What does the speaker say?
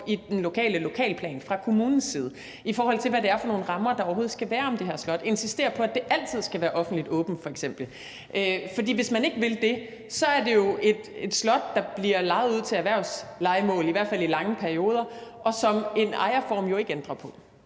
lave om i lokalplanen fra kommunen, i forhold til hvad det er for nogle rammer, der overhovedet skal være om det her slot, og f.eks. insistere på, at det altid skal være offentligt åbent. For hvis man ikke vil det, er det jo et slot, der bliver lejet ud til erhvervslejemål, i hvert fald i lange perioder, og som en ejerform jo ikke ændrer på.